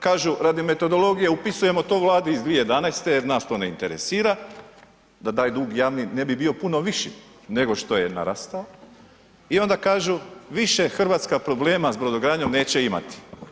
Kažu: „Radi metodologije upisujemo to Vladi iz 2011.“, jer nas to ne interesira da taj dug javni ne bi bio puno viši, nego što je narastao i onda kažu: „Više Hrvatska problema sa brodogradnjom neće imati.